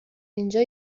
اینجا